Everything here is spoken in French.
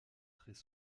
très